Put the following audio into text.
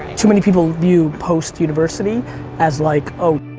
too many people view post-university as, like oh,